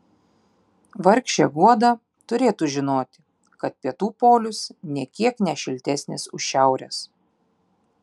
vargšė guoda turėtų žinoti kad pietų polius nė kiek ne šiltesnis už šiaurės